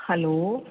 hello